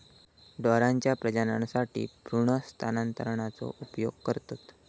ढोरांच्या प्रजननासाठी भ्रूण स्थानांतरणाचा उपयोग करतत